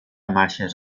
marxes